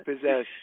possess